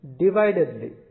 Dividedly